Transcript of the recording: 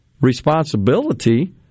responsibility